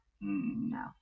no